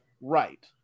right